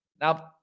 Now